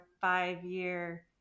five-year